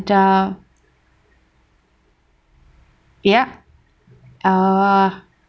the yup ah